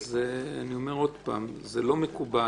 אז אני אומר שוב, זה לא מקובל.